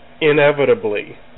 inevitably